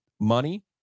money